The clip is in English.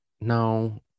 no